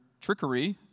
trickery